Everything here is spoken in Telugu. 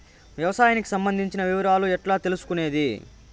వ్యవసాయానికి సంబంధించిన వివరాలు ఎట్లా తెలుసుకొనేది?